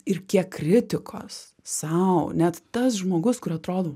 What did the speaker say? ir kiek kritikos sau net tas žmogus kur atrodo